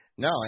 No